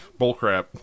Bullcrap